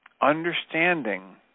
Understanding